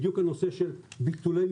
בדיוק הנושא של ביטולי מבחנים.